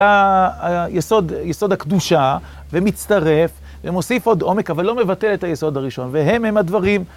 היסוד הקדושה ומצטרף ומוסיף עוד עומק אבל לא מבטל את היסוד הראשון והם הם הדברים